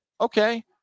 Okay